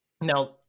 Now